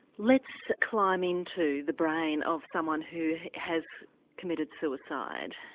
let's climb into the brain of someone who has committed suicide.